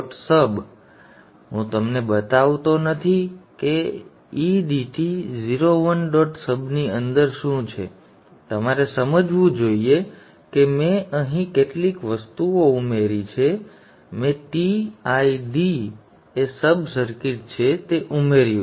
સબ હું તમને બતાવતો નથી કે edt 01 ડોટ સબની અંદર શું છે તમારે સમજવું જોઈએ કે મેં અહીં કેટલીક વસ્તુઓ ઉમેરી છે મેં t i d એ સબ સર્કિટ છે તે ઉમેર્યું છે